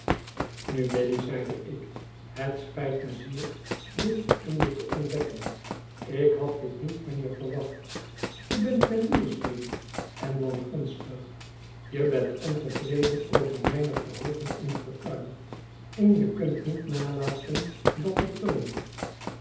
nu biddy zeide ik het spijt me zeer dit in je te ontdekken ik had dit niet van je verwacht je bent jaloersch biddy en wangunstig je bent ontevreden over mijne verhooging in fortuin en je kunt niet nalaten dat te toonen